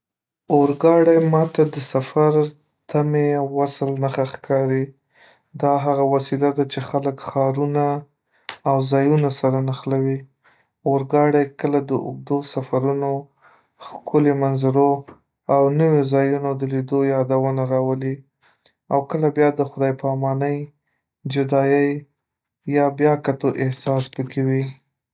اورګاډۍ ماته د سفر، تمې او وصل نښه ښکاري. دا هغه وسیله ده چې خلک، ښارونه او ځایونه سره نښلوي. اورګاډی کله د اوږدو سفرونو، ښکلي منظرو او نویو ځایونو د لیدو یادونه راولي، او کله بیا د خدای پامانۍ، جدایۍ یا بیاکتو احساس پکې وي.